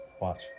Watch